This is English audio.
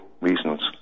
reasons